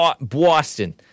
Boston